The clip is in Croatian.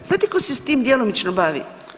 Znate tko se s tim djelomično bavi?